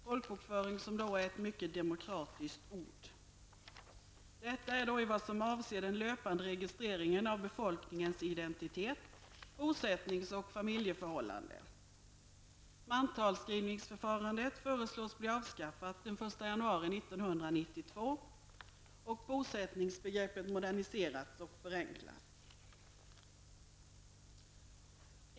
Folkbokföring är ett mycket demokratiskt ord. Detta gäller då den löpande registreringen av befolkningens identitet, bosättnings och familjeförhållanden. Mantalsskrivningsförfarandet föreslås bli avskaffat den 1 januari 1992 och bosättningsbegreppet moderniseras och förenklas.